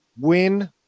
Win